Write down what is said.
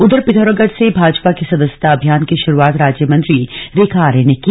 उधर पिथौरागढ़ से भाजपा के सदस्यता अभियान की शुरुआत राज्य मंत्री रेखा आर्या ने की